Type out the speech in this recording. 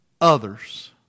others